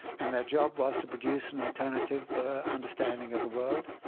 and their job was to produce an alternative understanding of the world.